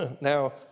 now